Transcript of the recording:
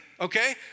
okay